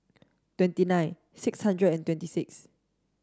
twenty nine six hundred and twenty six